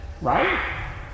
right